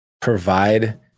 provide